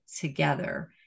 together